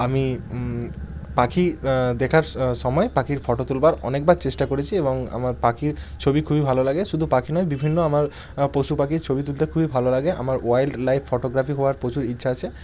আমি পাখি দেখার সসময় পাখির ফটো তুলবার অনেকবার চেষ্টা করেছি এবং আমার পাখির ছবি খুবই ভালো লাগে শুধু পাখি নয় বিভিন্ন আমার পশু পাখির ছবি তুলতে খুবই ভালো লাগে আমার ওয়াইল্ড লাইফ ফটোগ্রাফিক হওয়ার প্রচুর ইচ্ছা আছে